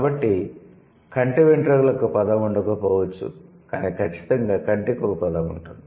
కాబట్టి కంటి వెంట్రుకలకు ఒక పదం ఉండకపోవచ్చు కానీ ఖచ్చితంగా కంటికి ఒక పదం ఉంటుంది